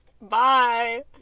bye